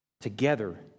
Together